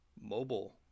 mobile